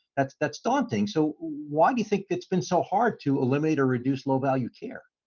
that's that's daunting so why do you think it's been so hard to eliminate or reduce low value care?